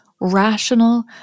rational